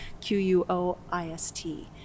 Q-U-O-I-S-T